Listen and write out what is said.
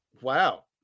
Wow